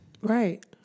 right